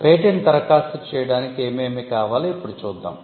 patent దరఖాస్తు చేయడానికి ఏమేమి కావాలో ఇప్పుడు చూద్దాం